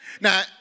Now